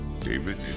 David